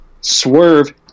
Swerve